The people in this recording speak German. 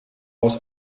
aus